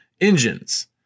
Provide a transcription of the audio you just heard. engines